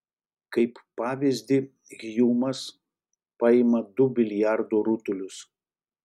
kaip pavyzdį hjumas paima du biliardo rutulius